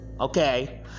Okay